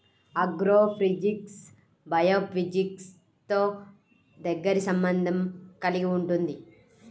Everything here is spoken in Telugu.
ఆగ్రోఫిజిక్స్ బయోఫిజిక్స్తో దగ్గరి సంబంధం కలిగి ఉంటుంది